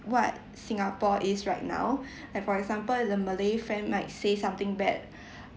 what singapore is right now and for example the malay friend might say something bad